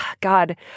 God